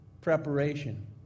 preparation